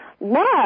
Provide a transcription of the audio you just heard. love